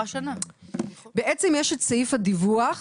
יש את סעיף הדיווח,